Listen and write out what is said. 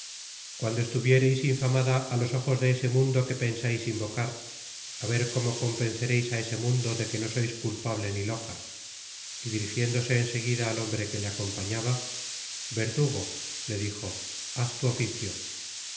cuando estuviereis infamada á los ojos de ese mundo que pensais invocar á ver cómo convencereis á ese mundo de que no sois culpable ni loca y dirigiéndose en seguida al hombre que le acompañaba verdugo le dijo haz tu oficio